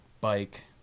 bike